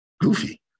goofy